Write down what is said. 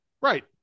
Right